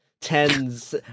tens